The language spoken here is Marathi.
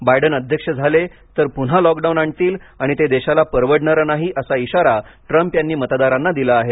बायडन अध्यक्ष झाले तर पुन्हा लॉकडाऊन आणतील आणि ते देशाला परवडणारं नाही असा इशारा ट्रंप यांनी मतदारांना दिला आहे